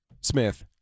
Smith